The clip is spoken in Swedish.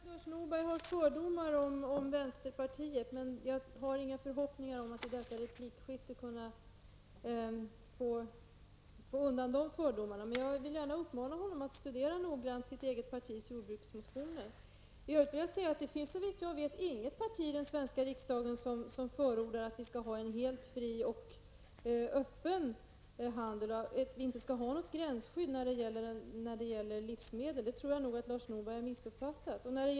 Fru talman! Lars Norberg tycks ha fördomar om vänsterpartiet, men jag har inga förhoppningar om att i detta replikskifte kunna ändra på dem. Men jag vill gärna uppmana honom att noggrant studera sitt eget partis jordbruksmotioner. Såvitt jag vet finns det inget parti i den svenska riksdagen som förordar att vi skall ha en helt fri och öppen handel utan något gränsskydd när det gäller livsmedel. Detta tror jag att Lars Norberg har missuppfattat.